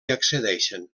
accedeixen